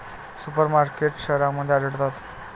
super markets शहरांमध्ये आढळतात